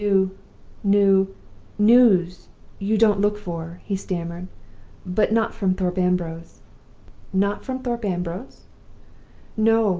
new new news you don't look for he stammered but not from thorpe ambrose not from thorpe ambrose no.